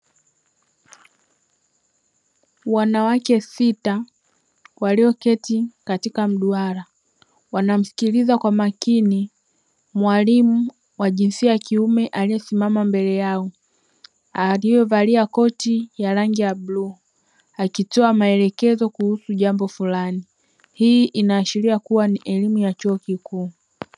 Wanawake sita walioketi katika mduara, wanamsikiliza kwa makini mwalimu wa jinsia ya kiume aliyesimama mbele yao, aliyevalia koti la rangi ya bluu, akitoa maelekezo kuhusu jambo fulani. Hii inaashiria ni elimu ya chuo kikuu.